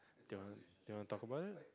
you want you want talk about it